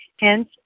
Hence